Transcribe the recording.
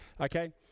okay